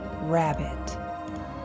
rabbit